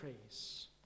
praise